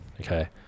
okay